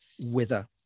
wither